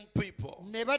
people